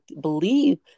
believe